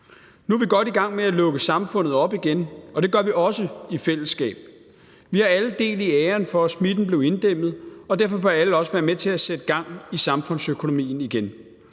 Nu er vi godt i gang med at lukke samfundet op igen, og det gør vi også i fællesskab. Vi har alle del i æren for at smitten blev inddæmmet, og derfor bør alle også være med til at sætte gang i samfundsøkonomien igen.